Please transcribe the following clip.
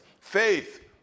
faith